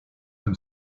tym